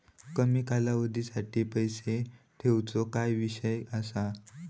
कमी कालावधीसाठी पैसे ठेऊचो काय विषय असा?